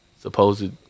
Supposed